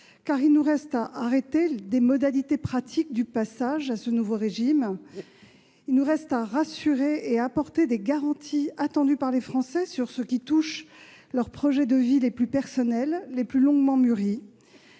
car il nous reste à arrêter les modalités pratiques du passage au nouveau régime ; il nous reste à rassurer et à apporter des garanties attendues par les Français sur ce qui touche leurs projets de vie les plus personnels et les plus longuement mûris